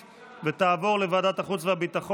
של חבר הכנסת אליהו רביבו.